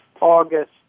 August